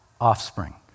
offspring